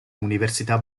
università